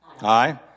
Aye